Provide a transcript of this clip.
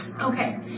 Okay